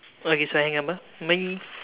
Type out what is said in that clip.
okay so I hang up ah bye